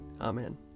Amen